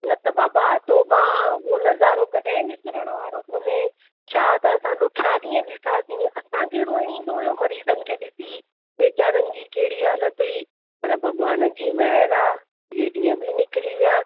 न त बाबा तोभां उहो नज़ारो कॾहिं विसरण वारो कोन्हे छा त असां ॾुखिया ॾींहं डि॒ठासीं असांखे रोइणु ईंदो हुयो मरीज़नि खे डि॒सी वेचारनि जी कहिड़ी हालति हुई पर भगि॒वान जी महिर आहे इहे ॾींहं बि निकिरी विया